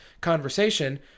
conversation